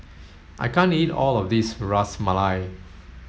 I can't eat all of this Ras Malai